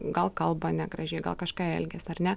gal kalba negražiai gal kažką elgiasi ar ne